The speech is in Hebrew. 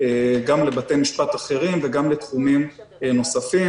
גם לבתי משפט אחרים וגם לתחומים נוספים.